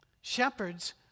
Shepherds